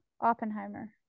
oppenheimer